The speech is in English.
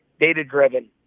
data-driven